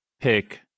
pick